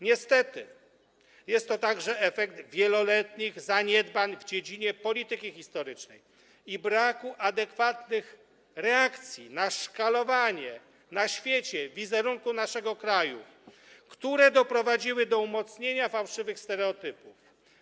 Niestety jest to także efekt wieloletnich zaniedbań w dziedzinie polityki historycznej i braku adekwatnych reakcji na szkalowanie na świecie wizerunku naszego kraju, które doprowadziły do umocnienia fałszywych stereotypów.